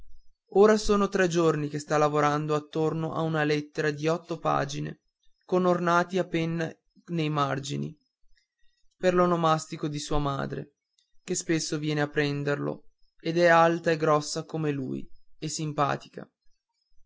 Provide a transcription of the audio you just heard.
ora sono tre giorni che sta lavorando attorno a una lettera di otto pagine con ornati a penna nei margini per l'onomastico di sua madre che spesso viene a prenderlo ed è alta e grossa come lui e simpatica